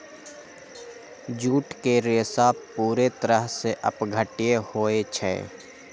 jute के रेशा पूरे तरह से अपघट्य होई छई